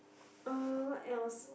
uh what else